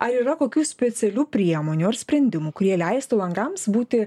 ar yra kokių specialių priemonių ar sprendimų kurie leistų langams būti